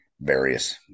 various